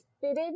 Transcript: fitted